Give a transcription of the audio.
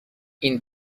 این